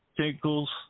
tinkles